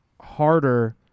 harder